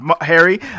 harry